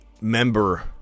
member